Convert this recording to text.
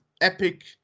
epic